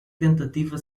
tentativa